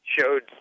showed